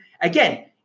again